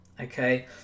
Okay